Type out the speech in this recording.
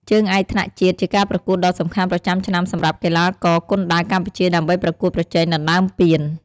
ជើងឯកថ្នាក់ជាតិ ជាការប្រកួតដ៏សំខាន់ប្រចាំឆ្នាំសម្រាប់កីឡាករគុនដាវកម្ពុជាដើម្បីប្រកួតប្រជែងដណ្ដើមពាន។